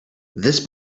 this